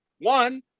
One